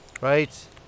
Right